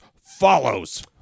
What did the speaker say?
follows